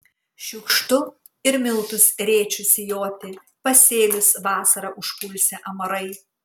šiukštu ir miltus rėčiu sijoti pasėlius vasarą užpulsią amarai